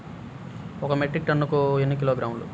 ఒక మెట్రిక్ టన్నుకు ఎన్ని కిలోగ్రాములు?